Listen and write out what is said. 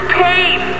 pain